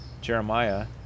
jeremiah